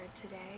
today